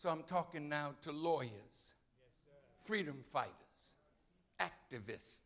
so i'm talking now to lawyers freedom fighters activists